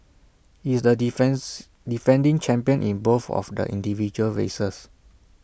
he is the defends defending champion in both of the individual races